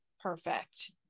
perfect